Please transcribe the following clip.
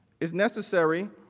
as necessary,